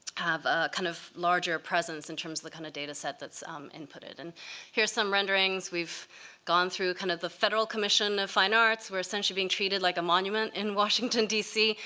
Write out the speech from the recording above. have a kind of larger presence in terms of the kind of data set that's inputted. and here's some renderings. we've gone through kind of the federal commission of fine arts. we're essentially being treated like a monument in washington, dc,